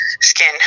skin